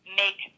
make